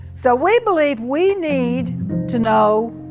so we believe we need to know